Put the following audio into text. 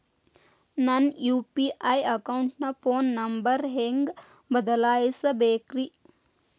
ನನ್ನ ಯು.ಪಿ.ಐ ಅಕೌಂಟಿನ phone number ಹೆಂಗ್ ಬದಲಾಯಿಸ ಬೇಕ್ರಿ?